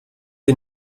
ihr